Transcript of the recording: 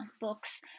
books